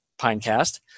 Pinecast